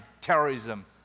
terrorism